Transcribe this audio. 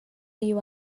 you